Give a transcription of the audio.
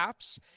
Apps